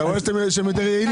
אתה רואה שהם יותר יעילים?